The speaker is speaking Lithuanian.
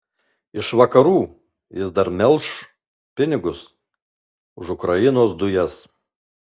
iš vakarų jis dabar melš pinigus už ukrainos dujas